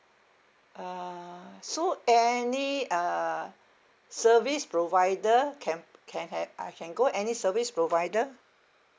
uh so any uh service provider can can have I can go any service provider